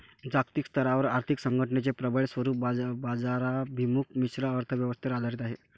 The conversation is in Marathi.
जागतिक स्तरावर आर्थिक संघटनेचे प्रबळ स्वरूप बाजाराभिमुख मिश्र अर्थ व्यवस्थेवर आधारित आहे